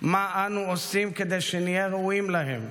מה אנו עושים כדי שנהיה ראויים להם,